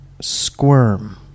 squirm